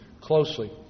closely